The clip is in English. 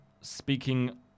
speaking